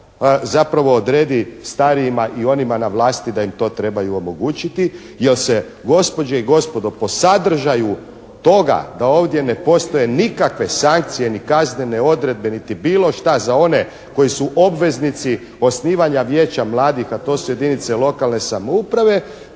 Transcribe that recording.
zapravo odredi starijima i onima na vlasti da im to trebaju omogućiti, jer se gospođe i gospodo po sadržaju toga da ovdje ne postoje nikakve sankcije ni kaznene odredbe niti bilo šta za one koji su obveznici osnivanja Vijeća mladih a to su jedinice lokalne samouprave